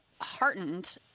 heartened